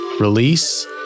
release